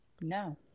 No